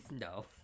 No